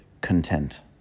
content